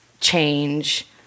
change